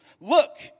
Look